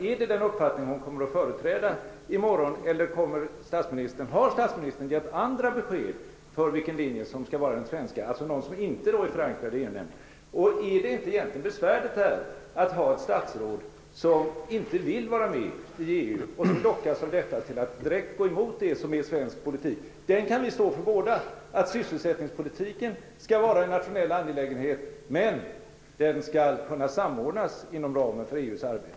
Är det denna uppfattning arbetsmarknadsministern kommer att företräda i morgon, eller har statsministern givit andra besked om vilken linje som skall vara den svenska, alltså en linje som inte är förankrad i EU nämnden? Är det inte egentligen besvärligt detta att ha ett statsråd som inte vill vara med i EU, och av detta lockas att direkt gå emot det som är svensk politik? Den kan vi stå för båda: Sysselsättningspolitiken skall vara en nationell angelägenhet, men den skall kunna samordnas inom ramen för EU:s arbete.